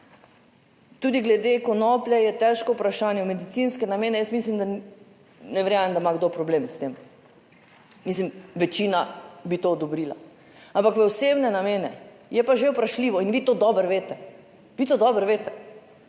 tudi glede konoplje je težko vprašanje v medicinske namene, jaz mislim, da ne verjamem, da ima kdo problem s tem, mislim, večina bi to odobrila, ampak v osebne namene je pa že vprašljivo in vi to dobro veste, vi to dobro veste,